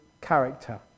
character